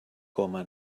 coma